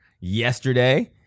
yesterday